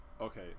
okay